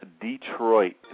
Detroit